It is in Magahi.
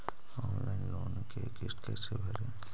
ऑनलाइन लोन के किस्त कैसे भरे?